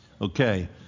Okay